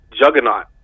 juggernaut